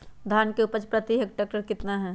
धान की उपज प्रति हेक्टेयर कितना है?